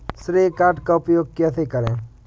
श्रेय कार्ड का उपयोग कैसे करें?